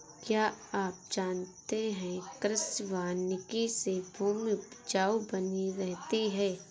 क्या आप जानते है कृषि वानिकी से भूमि उपजाऊ बनी रहती है?